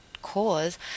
cause